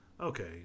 Okay